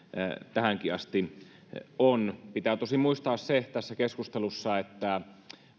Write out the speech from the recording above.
tähänkin asti pitää tosin muistaa tässä keskustelussa se että